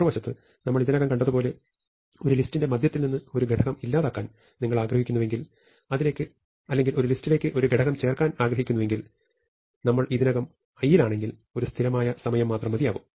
മറുവശത്ത് നമ്മൾ ഇതിനകം കണ്ടതുപോലെ ഒരു ലിസ്റ്റിന്റെ മധ്യത്തിൽ നിന്ന് ഒരു ഘടകം ഇല്ലാതാക്കാൻ നിങ്ങൾ ആഗ്രഹിക്കുന്നുവെങ്കിൽ അല്ലെങ്കിൽ ഒരു ലിസ്റ്റിലേക്ക് ഒരു ഘടകം ചേർക്കാൻ ആഗ്രഹിക്കുന്നുവെങ്കിൽ ഞങ്ങൾ ഇതിനകം i യിൽ ആണെങ്കിൽ ഒരു സ്ഥിരമായ സമയം മാത്രം മതിയാകും